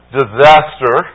disaster